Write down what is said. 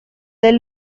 del